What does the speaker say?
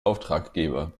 auftraggeber